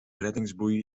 reddingsboei